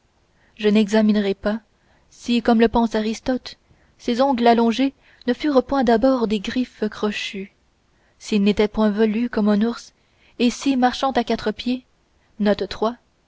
je n'examinerai pas si comme le pense aristote ses ongles allongés ne furent point d'abord des griffes crochues s'il n'était point velu comme un ours et si marchant à quatre pieds